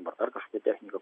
ar dar kažkokia technika